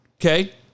Okay